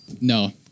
No